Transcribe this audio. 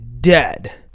dead